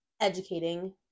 educating